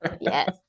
yes